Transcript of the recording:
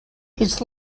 his